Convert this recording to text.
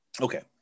Okay